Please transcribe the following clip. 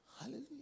Hallelujah